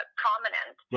prominent